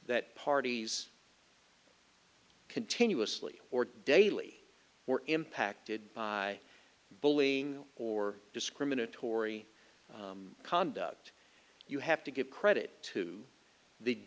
that parties continuously or daily were impacted by bullying or discriminatory conduct you have to give credit to the